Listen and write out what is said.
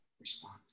response